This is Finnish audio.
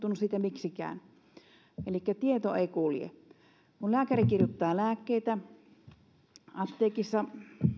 ole muuttunut siitä miksikään elikkä tieto ei kulje kun lääkäri kirjoittaa lääkkeitä niin apteekissa